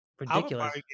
ridiculous